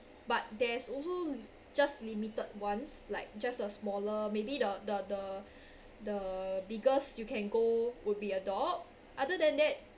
but there's also just limited ones like just a smaller maybe the the the the biggest you can go would be a dog other than that